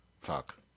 Fuck